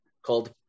called